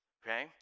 okay